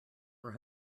were